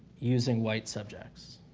using white subjects.